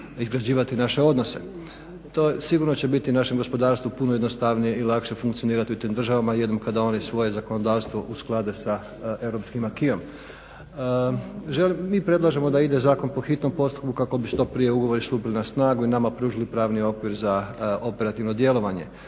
izgrađivati naše odnose. To sigurno će biti našem gospodarstvu puno jednostavnije i lakše funkcionirati u tim državama jednom kada oni svoje zakonodavstvo usklade sa europskim acquisom. Mi predlažemo da ide zakon po hitnom postupku kako bi što prije ugovori stupili na snagu i nama pružili pravni okvir za operativno djelovanje.